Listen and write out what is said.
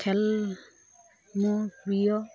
খেল মোৰ প্ৰিয়